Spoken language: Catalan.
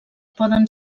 poden